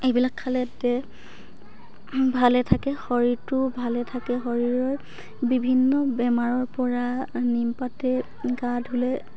এইবিলাক খালে দেহ ভালে থাকে শৰীৰটো ভালে থাকে শৰীৰৰ বিভিন্ন বেমাৰৰ পৰা নিম পাতেৰে গা ধুলে